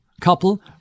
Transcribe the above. couple